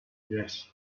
yes